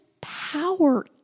power